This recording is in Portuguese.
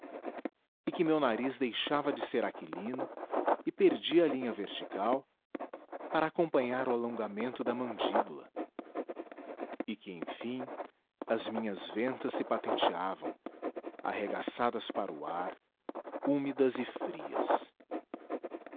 e que meu nariz deixava de ser aquilino e perdia a linha vertical para acompanhar o alongamento da mandíbula e que enfim as minhas ventas se patenteavam arregaçadas para o ar úmidas e frias